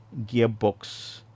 gearbox